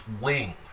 wing